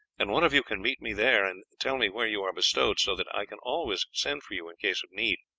and one of you can meet me there and tell me where you are bestowed, so that i can always send for you in case of need.